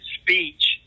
speech